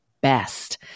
best